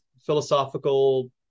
philosophical